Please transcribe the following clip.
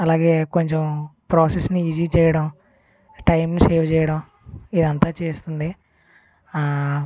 అలాగే కొంచెం ప్రోసెస్ ని ఈజీ చేయడం టైం ని సేవ్ చేయడం ఇదంతా చేస్తుంది